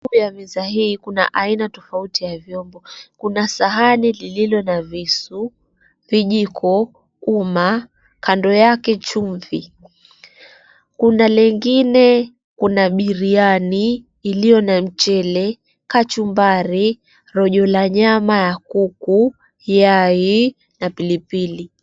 Juu ya meza hii kuna aina tofauti ya vyombo. Kuna sahani lililo na visu, vijiko, uma, kando yake chumvi. Kuna lengine kuna biriani iliyo na mchele, kachumbari, rojo la nyama ya kuku, yai na pilipili.